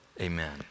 Amen